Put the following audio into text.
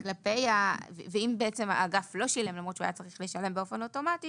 אם האגף לא שילם למרות שהוא היה צריך לשלם באופן אוטומטי